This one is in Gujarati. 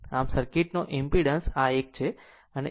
આમ સર્કિટનો ઈમ્પીડન્સ આ એક છે